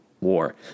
War